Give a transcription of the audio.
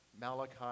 Malachi